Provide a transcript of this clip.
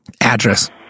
Address